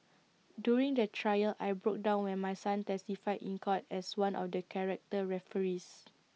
during the trial I broke down when my son testified in court as one of the character referees